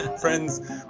Friends